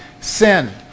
sin